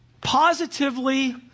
positively